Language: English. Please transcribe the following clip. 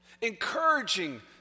encouraging